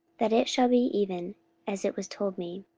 that it shall be even as it was told me.